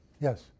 Yes